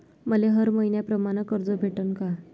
मले हर मईन्याप्रमाणं कर्ज भेटन का?